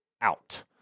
out